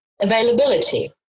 availability